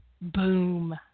boom